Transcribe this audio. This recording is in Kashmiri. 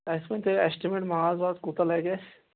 اَسہِ ؤنۍتَو یہِ ایٚسٹِمیٹ ماز واز کوٗتاہ لگہِ اَسہِ